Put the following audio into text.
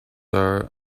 are